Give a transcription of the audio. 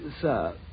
sir